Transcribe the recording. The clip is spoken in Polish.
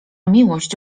miłość